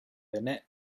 innit